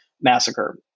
massacre